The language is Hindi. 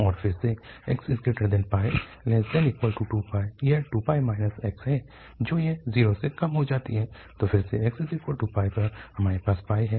और फिर से πx≤2π यह 2 x है तो यह 0 से कम हो जाती है तो फिर से xπ पर हमारे पास है